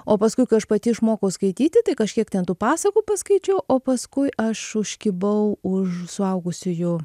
o paskui kai aš pati išmokau skaityti tai kažkiek ten tų pasakų paskaičiau o paskui aš užkibau už suaugusiųjų